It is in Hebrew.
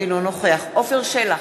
אינו נוכח עפר שלח,